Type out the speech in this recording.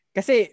Kasi